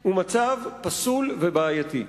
הוא מצב פסול ובעייתי.